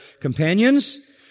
companions